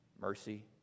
mercy